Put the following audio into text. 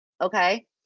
okay